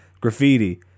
graffiti